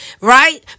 right